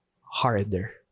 harder